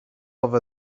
over